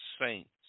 saints